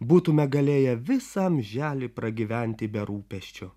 būtume galėję visą amželį pragyventi be rūpesčio